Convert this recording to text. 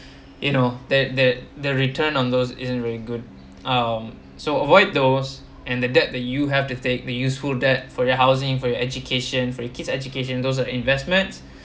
you know that that the return on those isn't very good um so avoid those and the debt the you have to take the useful debt for your housing for your education for kids education those investments